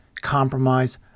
compromise